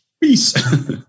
peace